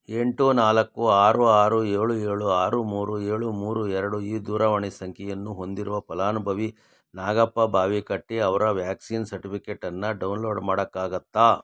ಎಂಟು ನಾಲ್ಕು ಆರು ಆರು ಏಳು ಏಳು ಆರು ಮೂರು ಏಳು ಮೂರು ಎರಡು ಈ ದೂರವಾಣಿ ಸಂಖ್ಯೆಯನ್ನು ಹೊಂದಿರುವ ಫಲಾನುಭವಿ ನಾಗಪ್ಪ ಬಾವಿಕಟ್ಟಿಅವರ ವ್ಯಾಕ್ಸಿನ್ ಸರ್ಟಿಫಿಕೇಟನ್ನು ಡೌನ್ಲೋಡ್ ಮಾಡೋಕ್ಕಾಗುತ್ತಾ